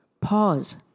pause